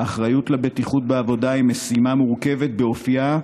האחריות לבטיחות בעבודה היא משימה מורכבת באופייה,